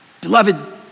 Beloved